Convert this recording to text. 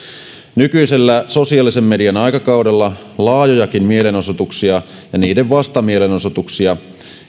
nykyisellä sosiaalisen median aikakaudella laajojakin mielenosoituksia ja niiden vastamielenosoituksia